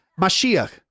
Mashiach